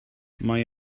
mae